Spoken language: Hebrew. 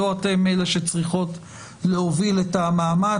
לא אתן אלה שצריכות להוביל את המאמץ,